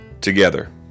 together